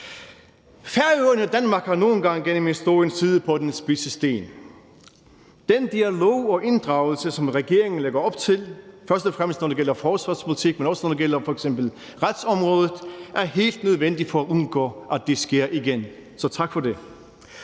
Færøerne og Danmark har nogle gange gennem historien siddet på den spidse sten. Den dialog og inddragelse, som regeringen lægger op til – først og fremmest, når det gælder forsvarspolitik, men også, når det gælder f.eks. retsområdet – er helt nødvendig for at undgå, at det sker igen. Så tak for det.